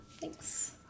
Thanks